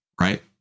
right